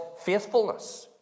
faithfulness